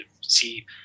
see